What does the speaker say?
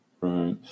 Right